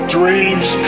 Dreams